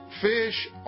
fish